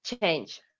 change